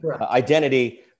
identity